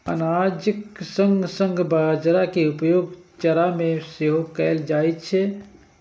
अनाजक संग संग बाजारा के उपयोग चारा मे सेहो कैल जाइ छै